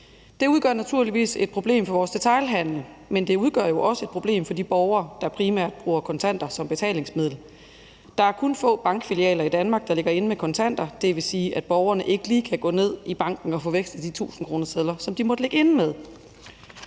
Det udgør naturligvis et problem for detailhandelen, men det udgør jo også et problem for de borgere, der primært bruger kontanter som betalingsmiddel. Der er kun få bankfilialer i Danmark, der ligger inde med kontanter, og det vil sige, at borgerne ikke lige kan gå ned i banken og få vekslet de tusindkronesedler, som de måtte ligge inde med.